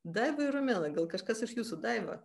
daiva ir romena gal kažkas iš jūsų daiva